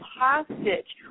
hostage